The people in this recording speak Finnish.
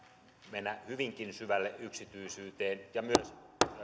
mennä hyvinkin syvälle yksityisyyteen ja myös